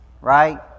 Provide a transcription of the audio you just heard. right